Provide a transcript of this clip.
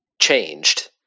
changed